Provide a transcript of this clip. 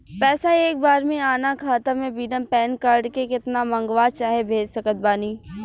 पैसा एक बार मे आना खाता मे बिना पैन कार्ड के केतना मँगवा चाहे भेज सकत बानी?